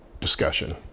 discussion